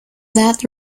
that